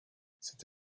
cette